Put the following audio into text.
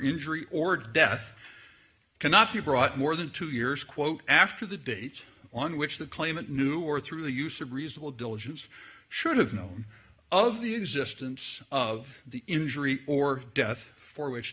injury or death cannot be brought more than two years quote after the date on which the claimant knew or through the use of reasonable diligence should have known of the existence of the injury or death for which